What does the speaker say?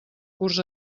curs